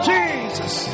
Jesus